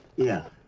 yeah.